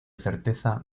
certeza